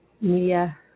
media